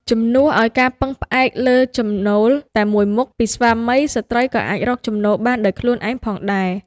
ជំនួសឱ្យការពឹងផ្អែកលើចំណូលតែមួយមុខពីស្វាមី ស្ត្រីក៏អាចរកចំណូលបានដោយខ្លួនឯងផងដែរ។